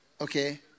Okay